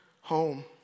home